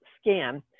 scan